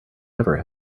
never